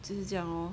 就是这样 lor